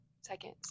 second